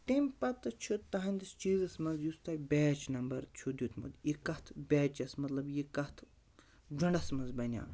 تمہِ پَتہٕ چھُ تَہَنٛدِس چیٖزَس منٛز یُس تۄہہِ بیچ نمبر چھُ دیُٚتمُت یہِ کَتھ بیچَس مطلب یہِ کَتھ جوٚنڈَس منٛز بنیٛو